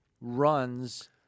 runs